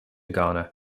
ghana